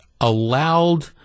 allowed